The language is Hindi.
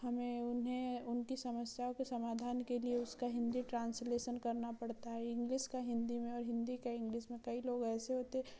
हमें उन्हें उनकी समस्याओं के समाधान के लिए उसका हिंदी ट्रांसलेशन करना पड़ता है इंग्लिश का हिंदी में और हिंदी का इंग्लिश में कई लोग ऐसे होते